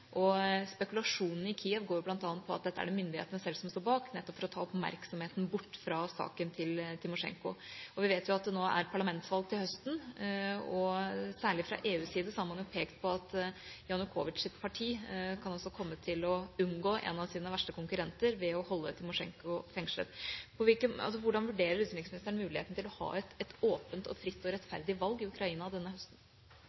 og spekulasjoner i Kiev går bl.a. på at dette er det myndighetene selv som står bak, nettopp for å ta oppmerksomheten bort fra saken til Timosjenko. Vi vet at det er parlamentsvalg til høsten, og særlig fra EUs side har man pekt på at Janukowitschs parti kan komme til å unngå en av sine verste konkurrenter ved å holde Timosjenko fengslet. Hvordan vurderer utenriksministeren muligheten for et åpent, fritt og rettferdig valg i Ukraina denne høsten? Det er all grunn til å være urolig for at dette ikke blir åpent, fritt og